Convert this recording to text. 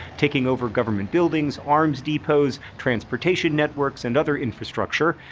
taking over government buildings, arms depots, transportation networks, and other infrastructure.